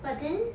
but then